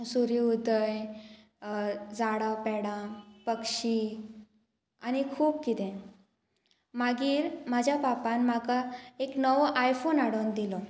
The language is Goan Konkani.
सुर्य उदय झाडां पेडां पक्षी आनी खूब कितें मागीर म्हाज्या पापान म्हाका एक नवो आयफोन हाडून दिलो